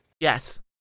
Yes